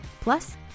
Plus